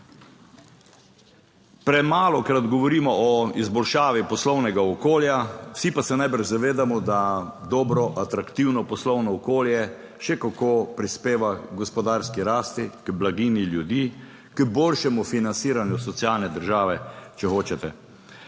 Premalokrat govorimo o izboljšavi poslovnega okolja, vsi pa se najbrž zavedamo, da dobro, atraktivno poslovno okolje še kako prispeva h gospodarski rasti, k blaginji ljudi, k boljšemu financiranju socialne države, če hočete.